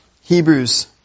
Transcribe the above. Hebrews